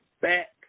back